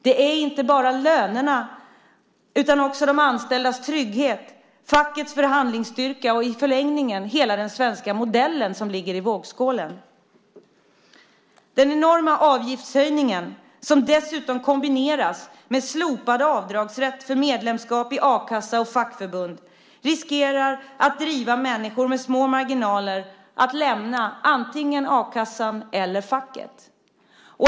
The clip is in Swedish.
Det är inte bara lönerna utan också de anställdas trygghet, fackets förhandlingsstyrka och i förlängningen hela den svenska modellen som ligger i vågskålen. Risken finns att den enorma avgiftshöjningen som dessutom kombineras med slopad avdragsrätt för medlemskap i a-kassa och fackförbund driver människor med små marginaler att lämna antingen a-kassan eller facket.